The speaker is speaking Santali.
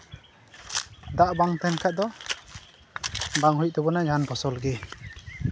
ᱫᱟᱜ ᱵᱟᱝ ᱛᱟᱦᱮᱱ ᱠᱷᱟᱡ ᱫᱚ ᱵᱟᱝ ᱦᱩᱭᱩᱜ ᱛᱟᱵᱚᱱᱟ ᱡᱟᱦᱟᱱ ᱯᱷᱚᱥᱚᱞ ᱜᱮ